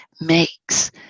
makes